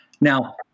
Now